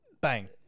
bang